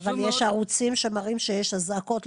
אבל יש ערוצים שמראים שיש אזעקות.